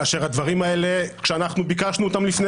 כאשר כשאנחנו ביקשנו את הדברים האלה לפני